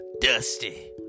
Dusty